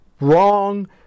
wrong